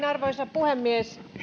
arvoisa puhemies